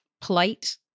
polite